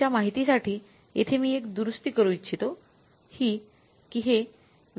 तुमच्या माहिती साठी येथे मी एक दुरुस्थी करू इचछीतो